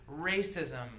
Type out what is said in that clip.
racism